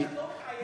את לא מתעייפת?